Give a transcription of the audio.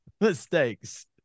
mistakes